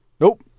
Nope